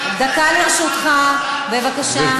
דקה לרשותך, בבקשה.